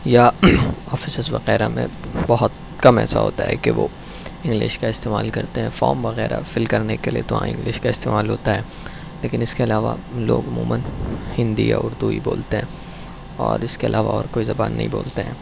یا آفسز وغیرہ میں بہت کم ایسا ہوتا ہے کہ وہ انگلش کا استعمال کرتے ہیں فوم وغیرہ فل کرنے کے لیے تو ہاں انگلش کا استعمال ہوتا ہے لیکن اس کے علاوہ لوگ عموماً ہندی یا اردو ہی بولتے ہیں اور اس کے علاوہ اور کوئی زبان نہیں بولتے ہیں